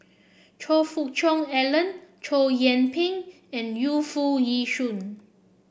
Choe Fook Cheong Alan Chow Yian Ping and Yu Foo Yee Shoon